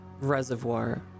reservoir